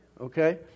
Okay